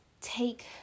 take